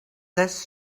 this